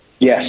Yes